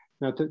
Now